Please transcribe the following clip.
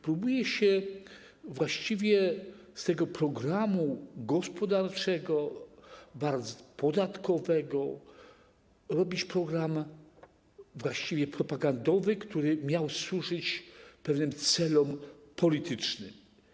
Próbuje się z tego programu gospodarczego, podatkowego robić program właściwie propagandowy, który miał służyć pewnym celom politycznym.